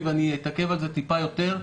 אתעכב על זה קצת יותר.